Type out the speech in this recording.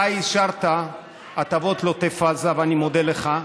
אתה אישרת הטבות לעוטף עזה, ואני מודה לך,